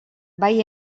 bai